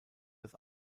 das